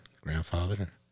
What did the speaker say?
grandfather